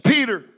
Peter